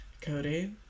Cody